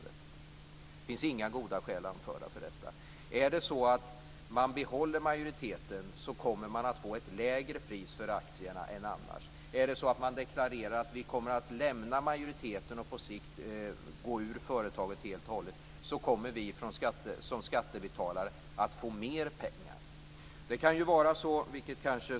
Det anförs inga goda skäl för detta. Är det så att man kommer att få ett lägre pris för aktierna än annars om man behåller majoriteten? Får vi som skattebetalare mer pengar om man deklarerar att staten kommer att lämna majoritetsägandet och på sikt gå ur helt och hållet?